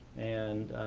and